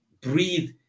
breathe